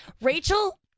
Rachel